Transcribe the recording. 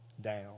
down